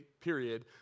period